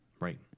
right